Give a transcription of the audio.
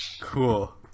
Cool